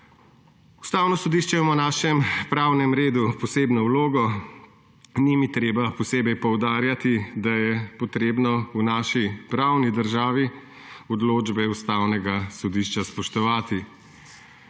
Ustavno sodišče ima v našem pravnem redu posebno vlogo. Ni mi treba posebej poudarjati, da je treba v naši pravni državi odločbe Ustavnega sodišča spoštovati.